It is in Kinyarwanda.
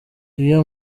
iyo